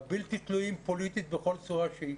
הבלתי תלויים פוליטית בכל צורה שהיא,